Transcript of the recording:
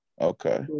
Okay